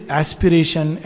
aspiration